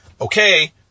Okay